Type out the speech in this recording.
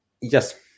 Yes